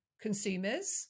consumers